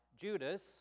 Judas